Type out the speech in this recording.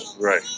Right